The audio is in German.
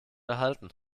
erhalten